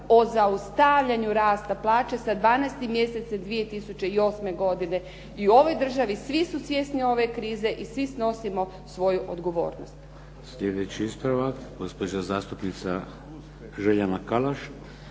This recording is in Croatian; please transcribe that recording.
o zaustavljanju rasta plaća sa 12. mjesecom 2008. godine. I u ovoj državi svi su svjesni ove krize i svi snosimo svoju odgovornost.